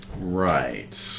Right